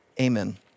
Amen